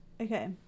okay